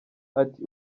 ati